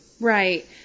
Right